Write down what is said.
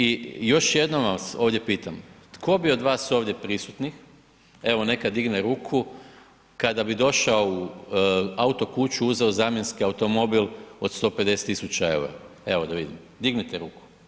I još jednom vas ovdje pitam, tko bi od vas ovdje prisutnih, evo neka digne ruku kada bi došao u auto kuću uzeo zamjenski automobil od 150.000 eura, evo da vidim dignite ruku.